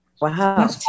Wow